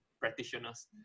practitioners